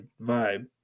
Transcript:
vibe